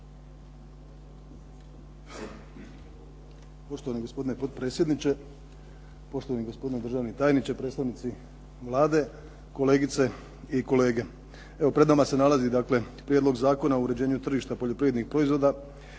Poštovani gospodine potpredsjedniče, poštovani gospodine državni tajniče, predstavnici Vlade, kolegice i kolege. Evo, pred nama se nalazi Prijedlog zakona o uređenju tržišta poljoprivrednih proizvoda